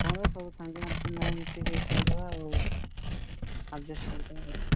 କ'ଣ ସବୁ ସାଙ୍ଗମାନଙ୍କ ମେଳରେ ମିଶିକି ସବୁ ଖାଇଦେବା ଆଉ ଆଡ଼ଜଷ୍ଟ୍ କରିଦେବା ଆଉ